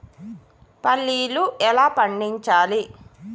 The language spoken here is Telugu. పల్లీలు ఎలా పండించాలి?